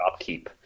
Shopkeep